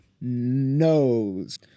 knows